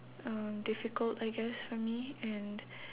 um difficult I guess for me and